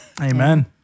Amen